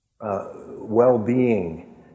Well-being